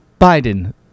Biden